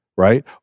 right